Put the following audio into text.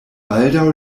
baldaŭ